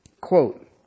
Quote